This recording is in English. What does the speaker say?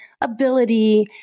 ability